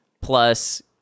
plus